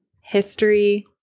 history